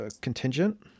contingent